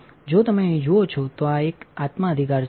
જો તમે અહીં જુઓ છો તો આ એકઆત્મા અધિકાર છે